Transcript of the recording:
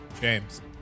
James